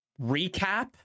recap